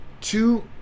two